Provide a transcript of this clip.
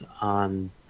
on